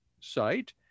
site